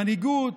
מנהיגות